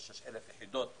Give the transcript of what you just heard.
66,000 יחידות משפחתיות.